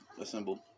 assembled